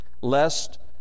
lest